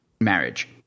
marriage